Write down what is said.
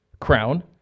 crown